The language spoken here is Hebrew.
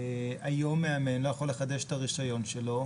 היום מאמן לא יכול לחדש את הרישיון שלו